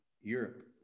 Europe